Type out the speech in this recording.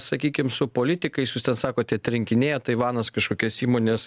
sakykim su politikais jūs ten sakote atrinkinėjat taivanas kažkokias įmones